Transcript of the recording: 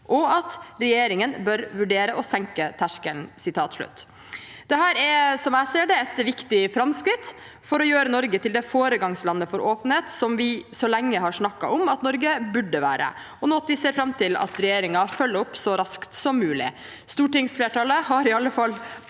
og at «regjeringen bør vurdere å senke terskelen». Dette er, slik jeg ser det, et viktig framskritt for å gjøre Norge til det foregangslandet for åpenhet som vi så lenge har snakket om at Norge burde være, og noe vi ser fram til at regjeringen følger opp så raskt som mulig. Stortingsflertallet har i alle fall